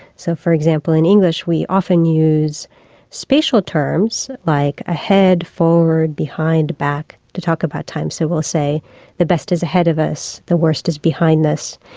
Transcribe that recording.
so for example in english we often use spatial terms like ahead, forward, behind, back to talk about time. so we'll say the best is ahead of us, the worst is behind us.